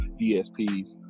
DSPs